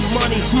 money